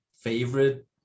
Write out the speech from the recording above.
favorite